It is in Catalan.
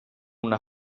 una